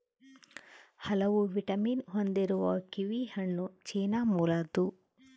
ಹಲವು ವಿಟಮಿನ್ ಹೊಂದಿರುವ ಕಿವಿಹಣ್ಣು ಚೀನಾ ಮೂಲದ್ದು